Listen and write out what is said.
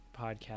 podcast